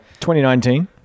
2019